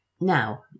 now